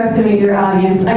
your audience,